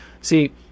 see